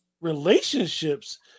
relationships